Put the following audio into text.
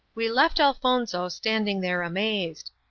we left elfonzo standing there amazed.